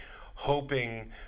hoping